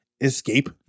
escape